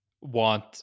want